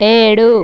ఏడు